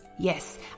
Yes